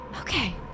Okay